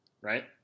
right